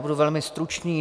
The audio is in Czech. Budu velmi stručný.